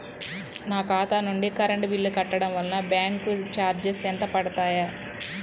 నా ఖాతా నుండి కరెంట్ బిల్ కట్టడం వలన బ్యాంకు చార్జెస్ ఎంత పడతాయా?